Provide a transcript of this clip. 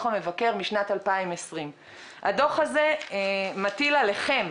המבקר משנת 2020. הדוח הזה מטיל עליכם,